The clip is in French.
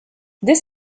dès